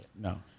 No